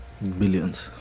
billions